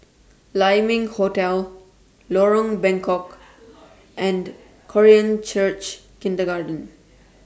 Lai Ming Hotel Lorong Bengkok and Korean Church Kindergarten